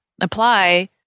apply